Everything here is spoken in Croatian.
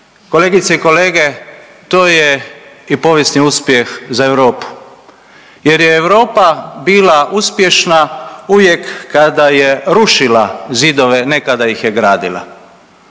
Kolegice i kolege to je i povijesni uspjeh za Europu, jer je Europa bila uspješna uvijek kada je rušila zidove, ne kada ih je gradila.